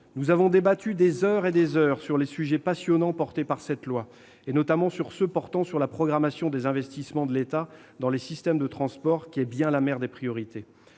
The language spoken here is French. Nous avons débattu des heures durant sur les sujets passionnants abordés dans ce projet de loi, et notamment sur la programmation des investissements de l'État dans les systèmes de transport, qui est bien la mère des priorités.